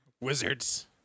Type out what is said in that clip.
Wizards